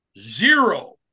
zero